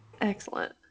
Excellent